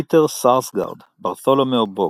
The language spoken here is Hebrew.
פיטר סארסגארד - ברתולומיאו בוג.